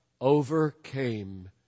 overcame